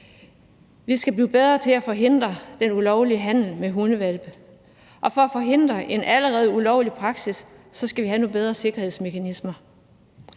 Vi skal blive bedre til at forhindre den ulovlige handel med hundehvalpe, og for at forhindre en allerede ulovlig praksis skal vi have nogle bedre sikkerhedsmekanismer.